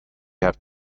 have